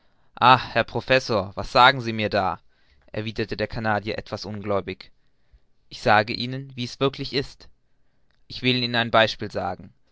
herr professor was sagen sie mir da erwiderte der canadier etwas ungläubig ich sage wie es wirklich ist ich will ihnen ein beispiel sagen